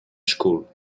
school